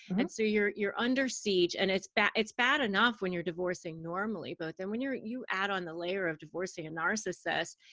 and so you're you're under siege. and it's bad it's bad enough when you're divorcing normally. but then when you add on the layer of divorcing a narcissist,